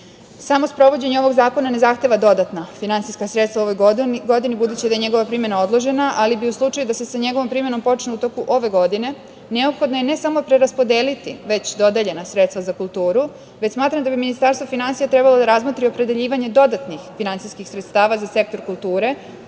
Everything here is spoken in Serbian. sprovođenje ovog zakona ne zahteva dodatna finansijska sredstva u ovoj godini, budući da je njegova primena odložena, ali u slučaju da se sa njegovom primenom počne u toku ove godine neophodno je ne samo preraspodeliti već dodeljena sredstva za kulturu, već smatram da bi Ministarstvo finansija trebalo da razmatra i opredeljivanje dodatnih finansijskih sredstava za sektor kulture